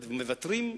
אני רוצה